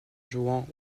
jouant